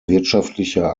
wirtschaftlicher